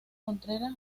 contreras